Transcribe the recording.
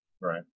Right